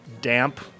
damp